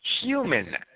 human